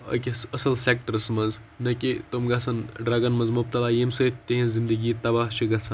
أکِس اَصٕل سٮ۪کٹَرَس منٛز نہ کہِ تٕم گژھن ڈرٛگَن منٛز مُبتلا ییٚمہِ سۭتۍ تِہٕنٛز زندگی تباہ چھِ گژھا